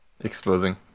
Exposing